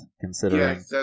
considering